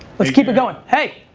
let's keep it going. hey.